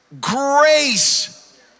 grace